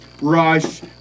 Rush